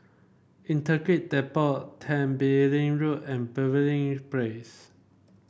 Integrated Depot Tembeling Road and Pavilion Place